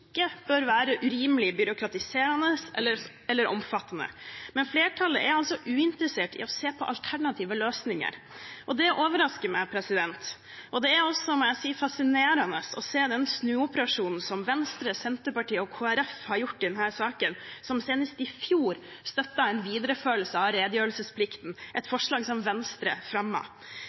bør være urimelig byråkratiserende eller omfattende. Men flertallet er uinteressert i å se på alternative løsninger, og det overrasker meg. Det er også fascinerende å se den snuoperasjonen som Venstre, Senterpartiet og Kristelig Folkeparti har gjort i denne saken, de som senest i fjor støttet en videreføring av redegjørelsesplikten, et forslag som Venstre